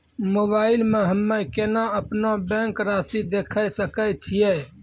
Mobile मे हम्मय केना अपनो बैंक रासि देखय सकय छियै?